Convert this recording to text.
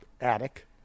attic